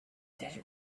desert